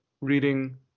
reading